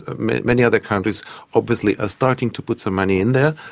ah many many other countries obviously are starting to put some money in there,